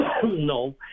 No